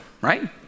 right